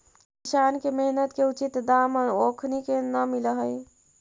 किसान के मेहनत के उचित दाम ओखनी के न मिलऽ हइ